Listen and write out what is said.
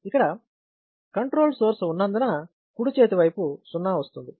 ఇక్కడ control source ఉన్నందువలన కుడి చేతి వైపు '0' వస్తుంది